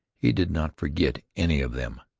he did not forget any of them,